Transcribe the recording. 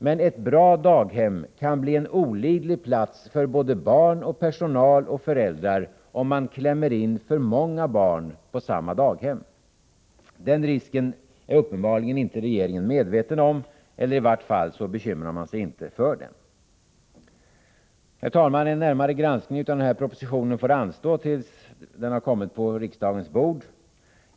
Men ett bra daghem kan bli en olidlig plats för såväl barn och personal som föräldrar, om man klämmer in många barn på samma daghem. Den risken är uppenbarligen inte regeringen medveten om. I vart fall bekymrar man sig inte för den. Herr talman! En närmare granskning av propositionen får anstå till dess att den har lagts på riksdagens bord.